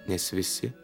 nes visi